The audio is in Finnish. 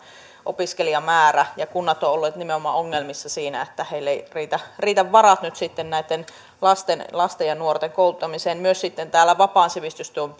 opiskelijamäärä ja kunnat ovat olleet nimenomaan ongelmissa siinä että heillä eivät riitä varat nyt sitten näitten lasten lasten ja nuorten kouluttamiseen myös sitten täällä vapaan sivistystyön